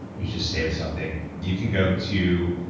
you just saved something. you can go to